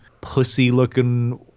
pussy-looking